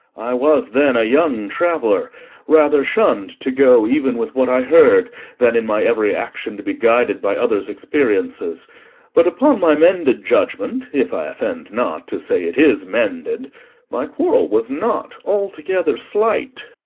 i was then a young traveller rather shunn'd to go even with what i heard than in my every action to be guided by others' experiences but upon my mended judgment if i offend not to say it is mended my quarrel was not altogether slight.